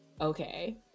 okay